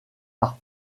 par